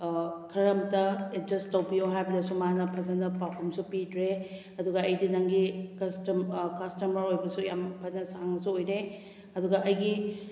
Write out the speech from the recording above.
ꯈꯔ ꯑꯃꯨꯛꯇ ꯑꯦꯗꯖꯁꯠ ꯇꯧꯕꯤꯎ ꯍꯥꯏꯕꯗꯁꯨ ꯃꯥꯅ ꯐꯖꯅ ꯄꯥꯎꯈꯨꯝꯁꯨ ꯄꯤꯗ꯭ꯔꯦ ꯑꯗꯨꯒ ꯑꯩꯗꯤ ꯅꯪꯒꯤ ꯀꯁꯇꯝ ꯀꯁꯇꯃꯔ ꯑꯣꯏꯕꯁꯨ ꯌꯥꯝꯅ ꯐꯖꯅ ꯁꯥꯡꯅꯁꯨ ꯑꯣꯏꯔꯦ ꯑꯗꯨꯒ ꯑꯩꯒꯤ